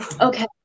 okay